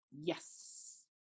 yes